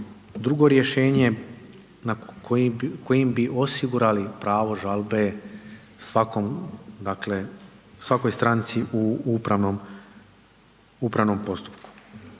drugo rješenje kojim bi osigurali pravo žalbe svakoj stranci u upravnom postupku.